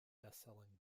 bestselling